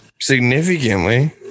significantly